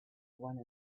one